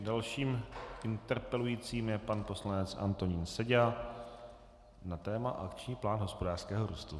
Dalším interpelujícím je pan poslanec Antonín Seďa na téma Akční plán hospodářského růstu.